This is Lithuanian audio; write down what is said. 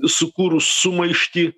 sukūrus sumaištį